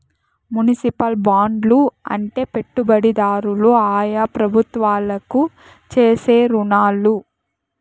municipal బాండ్లు అంటే పెట్టుబడిదారులు ఆయా ప్రభుత్వాలకు చేసే రుణాలు